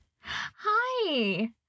Hi